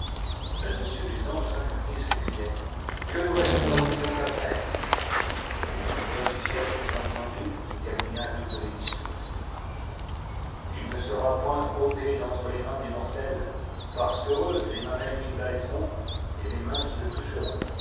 là-dessus les anges indignés s'écrioient que nous restera-t-il donc à faire mais une voix du ciel fut entendue qui termina toutes les disputes il ne sera point ôté d'entre les mains des mortels parce qu'heureuses les mamelles qui l'allaiteront et les mains qui le toucheront